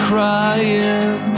Crying